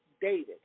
David